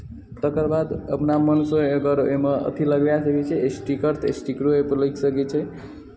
तकर बाद अपना मनसँ एहिपर एहिमे अथी लगबाए सकै छियै स्टीकर तऽ स्टीकरो एहिपर लागि सकै छै